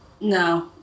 No